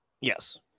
Yes